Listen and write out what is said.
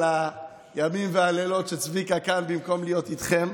על הימים והלילות שצביקה כאן במקום להיות איתכם.